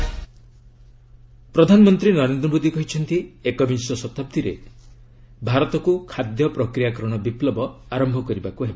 PM agriculture ପ୍ରଧାନମନ୍ତ୍ରୀ ନରେନ୍ଦ୍ର ମୋଦୀ କହିଛନ୍ତି ଏକବିଂଶ ଶତାବ୍ଦୀରେ ଭାରତକୁ ଖାଦ୍ୟ ପ୍ରକ୍ରିୟାକରଣ ବିପୁବ ଆରମ୍ଭ କରିବାକୁ ହେବ